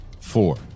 four